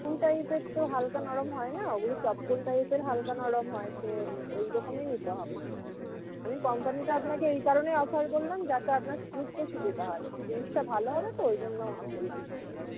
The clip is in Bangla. সু টাইপের তো হালকা নরম হয় না ওগুলো চপ্পল টাইপের হালকা নরম হয় তো ওই রকমই নিতে হবে আমি কোম্পানিটা আপনাকে এই কারণেই অফার করলাম যাতে আপনার বুঝতে সুবিধা হয় জিনিসটা ভালো হবে তো ওই জন্য বললাম